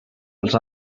als